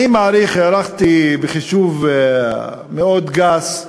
אני מעריך, הערכתי בחישוב מאוד גס,